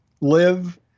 live